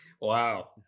Wow